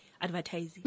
advertising